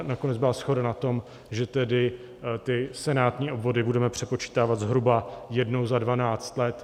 Nakonec byla shoda na tom, že tedy ty senátní obvody budeme přepočítávat zhruba jednou za 12 let.